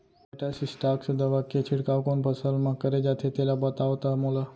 Metasystox दवा के छिड़काव कोन फसल म करे जाथे तेला बताओ त मोला?